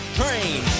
train